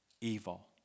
evil